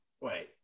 Wait